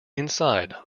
inside